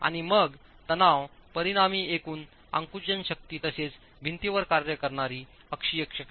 आणि मग तणाव परिणामी एकूण आकुंचन शक्ती तसेच भिंतीवर कार्य करणारी अक्षीय शक्ती